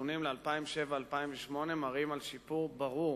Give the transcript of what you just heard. הנתונים ל-2007 ו-2008 מראים שיפור ברור